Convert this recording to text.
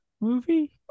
movie